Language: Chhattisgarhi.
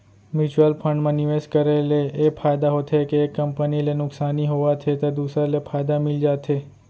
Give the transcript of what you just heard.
म्युचुअल फंड म निवेस करे ले ए फायदा होथे के एक कंपनी ले नुकसानी होवत हे त दूसर ले फायदा मिल जाथे